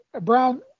Brown